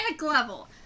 level